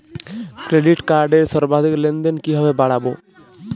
Credit কার্ডের সর্বাধিক লেনদেন কিভাবে বাড়াবো?